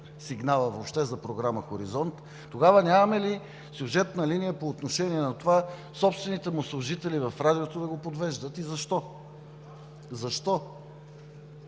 сигнала въобще за програма „Хоризонт“, тогава нямаме ли сюжетна линия по отношение на това собствените му служители в Радиото да го подвеждат и защо. Защо?